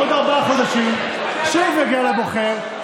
בעוד ארבעה חודשים שוב נגיע לבוחר.